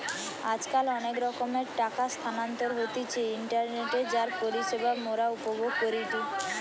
আজকাল অনেক রকমের টাকা স্থানান্তর হতিছে ইন্টারনেটে যার পরিষেবা মোরা উপভোগ করিটি